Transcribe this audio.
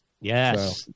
Yes